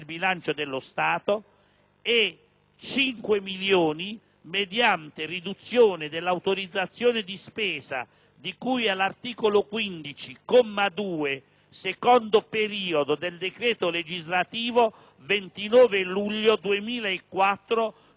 e 5 milioni mediante riduzione dell'autorizzazione di spesa di cui all'articolo 15, comma 2, secondo periodo, del decreto legislativo 29 luglio 2004, n. 102».